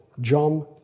John